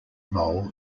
role